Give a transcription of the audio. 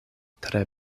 tre